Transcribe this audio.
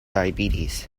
diabetes